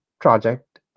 project